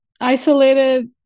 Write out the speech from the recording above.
isolated